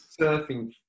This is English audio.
surfing